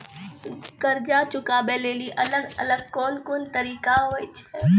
कर्जा चुकाबै लेली अलग अलग कोन कोन तरिका होय छै?